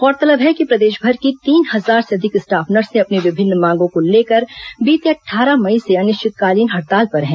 गोरतलब है कि प्रदेशभर की तीन हजार से अधिक स्टाफ नर्से अपनी विभिन्न मांगों को लेकर बीते अट्ठारह मई से अनिश्चितकालीन हड़ताल पर हैं